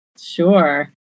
Sure